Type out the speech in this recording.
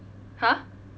!huh!